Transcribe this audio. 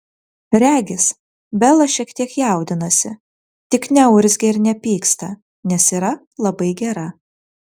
regis bela šiek tiek jaudinasi tik neurzgia ir nepyksta nes yra labai gera